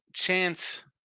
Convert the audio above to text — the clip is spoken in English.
Chance